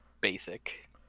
basic